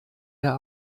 der